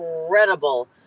incredible